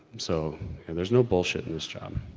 so there's no bullshit in this job.